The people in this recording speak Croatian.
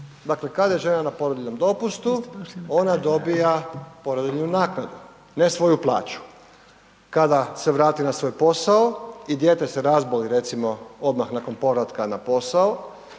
Dakle, kada je žena na porodiljnom dopustu, ona dobiva porodiljnu naknadu, ne svoju plaću. Kada se vrati na svoj posao, i dijete se razboli recimo odmah nakon povratka na posao,